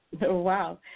Wow